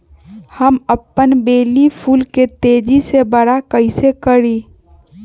हम अपन बेली फुल के तेज़ी से बरा कईसे करी?